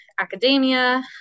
academia